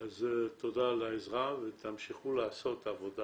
תודה על העזרה ותמשיכו לעשות עבודה,